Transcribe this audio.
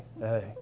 hey